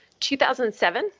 2007